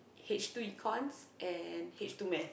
H two Econs and H two maths